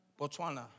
Botswana